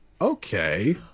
okay